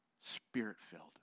spirit-filled